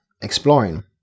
exploring